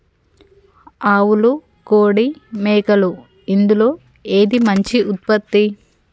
ఆవులు కోడి మేకలు ఇందులో ఏది మంచి ఉత్పత్తి?